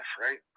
right